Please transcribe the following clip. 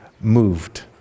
moved